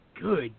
Good